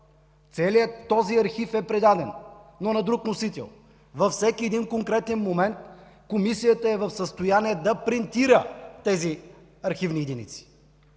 Целият този архив е предаден, но на друг носител. Във всеки един конкретен момент Комисията е в състояние да принтира тези архивни единици.